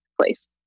place